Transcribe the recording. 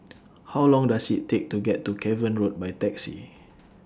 How Long Does IT Take to get to Cavan Road By Taxi